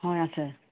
হয় আছে